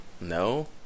No